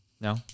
No